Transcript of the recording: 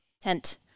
tent